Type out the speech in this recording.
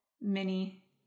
mini